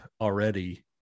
already